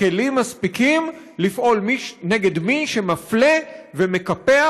כלים מספיקים לפעול נגד מי שמפלה ומקפח,